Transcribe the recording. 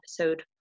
episode